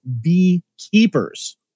beekeepers